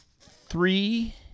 three